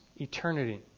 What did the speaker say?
eternity